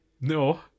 no